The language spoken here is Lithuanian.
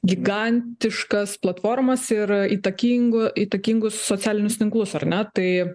gigantiškas platformas ir įtakingo įtakingus socialinius tinklus ar ne tai